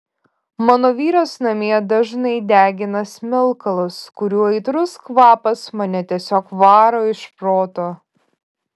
mano vyras namie dažnai degina smilkalus kurių aitrus kvapas mane tiesiog varo iš proto